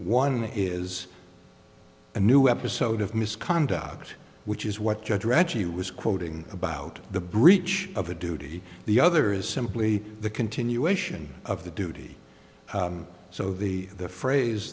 one is a new episode of misconduct which is what judge reggie was quoting about the breach of a duty the other is simply the continuation of the duty so the